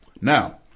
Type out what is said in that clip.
Now